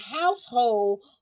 household